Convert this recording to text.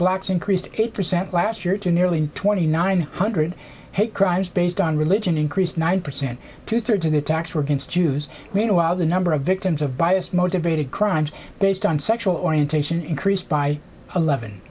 blacks increased eight percent last year to nearly twenty nine hundred hate crimes based on religion increased nine percent two thirds of the attacks were against jews meanwhile the number of victims of bias motivated crimes based on sexual orientation increased by eleven